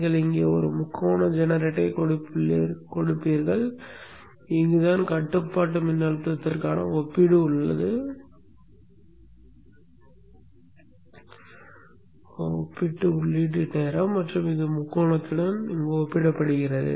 நீங்கள் இங்கே ஒரு முக்கோண ஜெனரேட்டரைக் கொடுப்பீர்கள் இங்குதான் கட்டுப்பாட்டு மின்னழுத்தத்திற்கான ஒப்பீட்டு உள்ளீடு நேரம் மற்றும் இது முக்கோணத்துடன் ஒப்பிடப்படும்